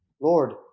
Lord